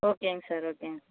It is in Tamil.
ஓகேங்க சார் ஓகேங்க